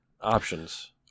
Options